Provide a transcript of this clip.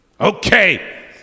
Okay